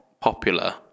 popular